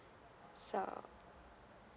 uh